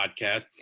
podcast